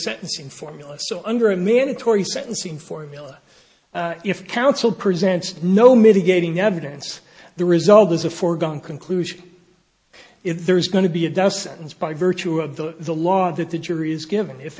sentencing formula so under a mandatory sentencing formula if counsel present no mitigating evidence the result is a foregone conclusion if there's going to be a death sentence by virtue of that the law that the jury is given i